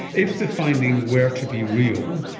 if the finding were to be real,